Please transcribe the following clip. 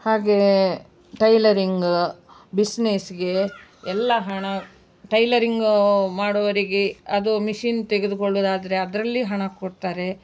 ಹಾಗೆಯೇ ಟೈಲರಿಂಗ್ ಬಿಸ್ನೆಸ್ಸಿಗೆ ಎಲ್ಲ ಹಣ ಟೈಲರಿಂಗ್ ಮಾಡುವವರಿಗೆ ಅದು ಮಿಷಿನ್ ತೆಗೆದುಕೊಳ್ಳೋದಾದರೆ ಅದರಲ್ಲಿ ಹಣ ಕೊಡ್ತಾರೆ